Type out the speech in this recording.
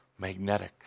magnetics